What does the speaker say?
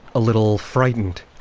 a little frightened.